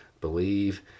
believe